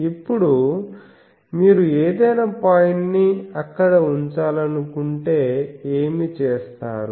ఇప్పుడు మీరు ఏదైనా పాయింట్ ని అక్కడ ఉంచాలనుకుంటే ఏమి చేస్తారు